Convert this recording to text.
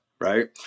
right